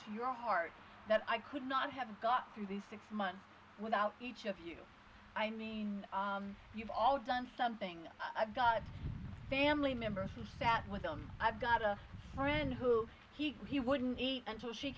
to your heart that i could not have got through these six months without each of you i mean you've always done something i've got family members who sat with them i've got a friend who he he wouldn't eat until she